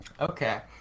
Okay